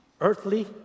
earthly